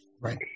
Right